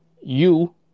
you